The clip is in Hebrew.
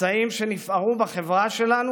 הפצעים שנפערו בחברה שלנו,